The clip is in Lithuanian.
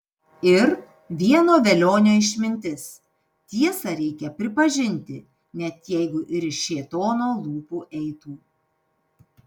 ir vieno velionio išmintis tiesą reikia pripažinti net jeigu ir iš šėtono lūpų eitų